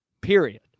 period